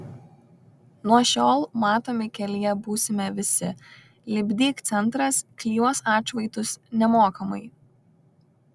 nuo šiol matomi kelyje būsime visi lipdyk centras klijuos atšvaitus nemokamai